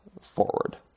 forward